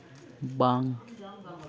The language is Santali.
ᱵᱟᱝ